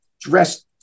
dressed